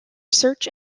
search